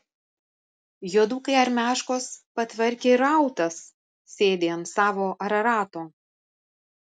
juodukai armiaškos patvarkė ir autas sėdi ant savo ararato